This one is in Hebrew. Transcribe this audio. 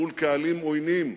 מול קהלים עוינים,